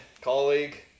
colleague